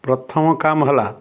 ପ୍ରଥମ କାମ ହେଲା